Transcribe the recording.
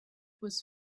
was